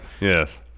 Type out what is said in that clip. yes